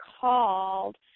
called